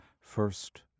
first